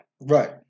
Right